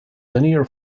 linear